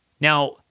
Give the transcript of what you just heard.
Now